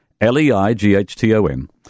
L-E-I-G-H-T-O-N